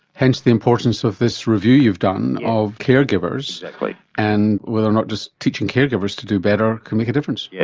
hence the importance of this review you've done of care givers like like and whether or not just teaching care givers to do better can make a difference. yeah